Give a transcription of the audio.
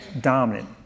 dominant